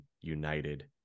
united